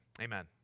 Amen